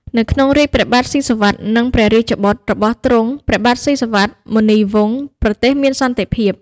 ក្នុងរាជ្យព្រះបាទស៊ីសុវត្ថិ និងព្រះរាជបុត្ររបស់ទ្រង់ ព្រះបាទស៊ីសុវត្ថិ មុនីវង្ស ប្រទេសមានសន្តិភាព។